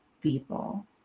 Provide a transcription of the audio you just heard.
people